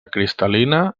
cristal·lina